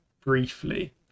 briefly